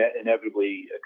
inevitably